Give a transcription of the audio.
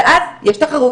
ואז יש תחרות.